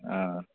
आं